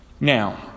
Now